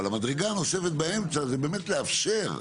אבל המדרגה הנוספת באמצע היא באמת לאפשר.